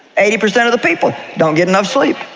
eighty percent of the people don't get enough sleep,